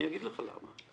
אני אגיד לך למה.